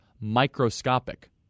microscopic